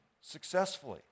successfully